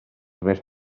més